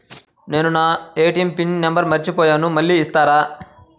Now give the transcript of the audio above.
నేను నా ATM pin number మర్చిపోయాను మళ్ళీ ఇస్తారా?